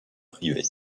privée